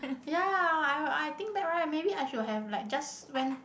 ya I I think back right maybe I should have like just when